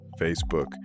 Facebook